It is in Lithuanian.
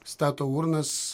stato urnas